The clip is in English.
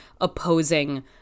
opposing